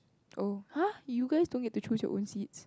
oh [huh] you guys don't get to choose your own seats